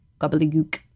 gobbledygook